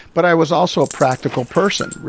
but i was also a practical person.